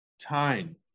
time